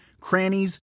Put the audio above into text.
crannies